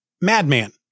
Madman